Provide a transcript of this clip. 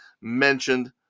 mentioned